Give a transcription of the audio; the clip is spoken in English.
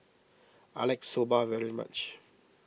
I like Soba very much